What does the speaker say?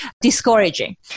discouraging